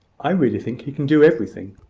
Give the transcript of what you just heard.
i really think he can do everything.